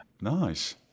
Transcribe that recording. nice